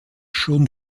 schon